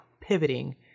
pivoting